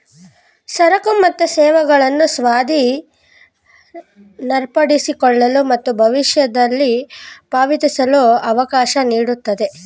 ಸರಕು ಮತ್ತು ಸೇವೆಗಳನ್ನು ಸ್ವಾಧೀನಪಡಿಸಿಕೊಳ್ಳಲು ಮತ್ತು ಭವಿಷ್ಯದಲ್ಲಿ ಪಾವತಿಸಲು ಅವಕಾಶ ನೀಡುತ್ತೆ